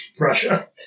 Russia